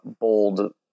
bold